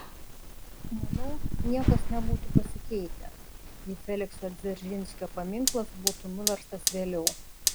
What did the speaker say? manau niekas nebūtų pasikeitę jei felikso dzeržinskio paminklas būtų nuverstas vėliau